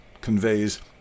conveys